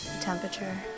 temperature